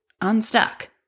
unstuck